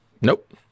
Nope